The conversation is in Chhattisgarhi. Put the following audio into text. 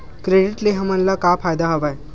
क्रेडिट ले हमन ला का फ़ायदा हवय?